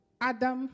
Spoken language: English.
Adam